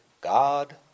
God